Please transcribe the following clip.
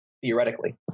theoretically